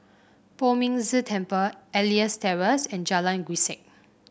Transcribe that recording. Poh Ming Tse Temple Elias Terrace and Jalan Grisek